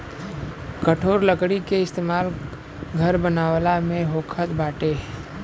कठोर लकड़ी के इस्तेमाल घर बनावला में होखत बाटे